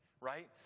right